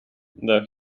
though